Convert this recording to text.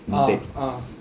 ah uh